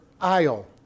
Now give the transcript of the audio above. aisle